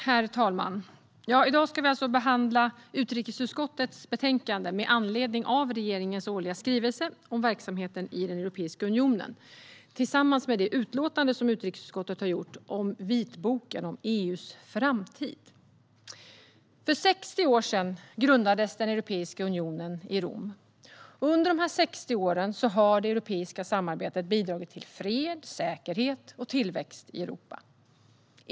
Herr talman! I dag ska vi alltså behandla utrikesutskottets betänkande med anledning av regeringens årliga skrivelse om verksamheten i Europeiska unionen, tillsammans med utrikesutskottets utlåtande om vitboken om EU:s framtid. För 60 år sedan grundades Europeiska unionen i Rom, och under dessa 60 år har det europeiska samarbetet bidragit till fred, säkerhet och tillväxt i Europa.